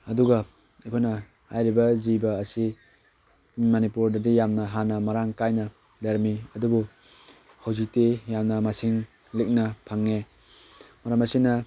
ꯑꯗꯨꯒ ꯑꯩꯈꯣꯏꯅ ꯍꯥꯏꯔꯤꯕ ꯖꯤꯕ ꯑꯁꯤ ꯃꯅꯤꯄꯨꯔꯗꯗꯤ ꯌꯥꯝꯅ ꯍꯥꯟꯅ ꯃꯔꯥꯡ ꯀꯥꯏꯅ ꯂꯩꯔꯝꯃꯤ ꯑꯗꯨꯕꯨ ꯍꯧꯖꯤꯛꯇꯤ ꯌꯥꯝꯅ ꯃꯁꯤꯡ ꯂꯤꯛꯅ ꯐꯪꯉꯦ ꯃꯔꯝ ꯑꯁꯤꯅ